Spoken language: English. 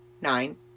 nine